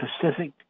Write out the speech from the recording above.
Pacific